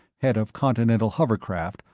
head of continental hovercraft,